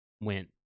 went